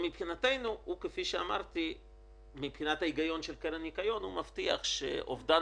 ההיגיון של קרן הניקיון מבטיח שאובדן